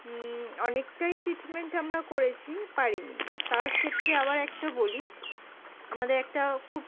অনেকটাই ট্রিটমেন্ট আমরা করেছি পারিনি তার ক্ষেত্রে আবার একটা বলি আমাদের একটা খুব